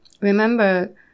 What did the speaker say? remember